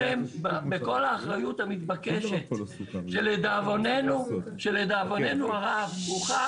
בכל האחריות המתבקשת שלדאבוננו הוכח